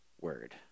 word